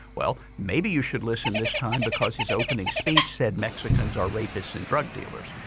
well, maybe you should listen this time because his opening speech said mexicans are rapists and drug dealers.